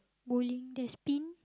bowling there's pins